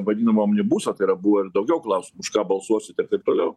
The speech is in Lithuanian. vadinamo omnibuso tai yra buvo ir daugiau klausimų už ką balsuosit ir taip toliau